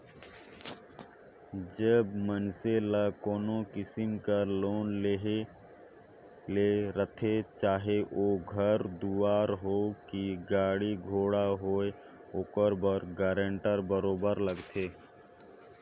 जब मइनसे ल कोनो किसिम कर लोन लेहे ले रहथे चाहे ओ घर दुवार होए कि गाड़ी घोड़ा होए ओकर बर गारंटर बरोबेर लागथे